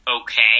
okay